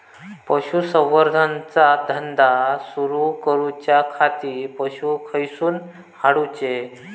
पशुसंवर्धन चा धंदा सुरू करूच्या खाती पशू खईसून हाडूचे?